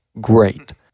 great